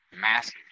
massive